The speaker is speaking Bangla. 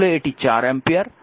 তাহলে এটি 4 অ্যাম্পিয়ার